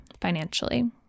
financially